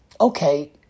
Okay